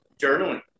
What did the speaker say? journaling